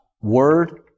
word